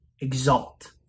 exalt